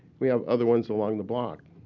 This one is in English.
we have other ones along the block.